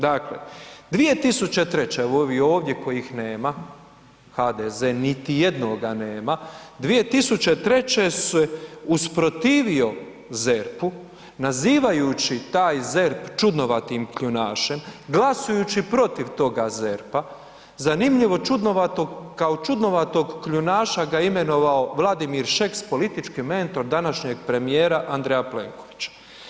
Dakle, 2003., evo ovih ovdje kojih nema, HDZ niti jednoga nema, 2003. se usprotivio ZERP-u nazivajući taj ZERP čudnovatim kljunašem, glasujući protiv toga ZERP-a, zanimljivo, čudnovatog, kao čudnovatog kljunaša ga imenovao Vladimir Šeks, politički mentor današnjeg premijer Andreja Plenkovića.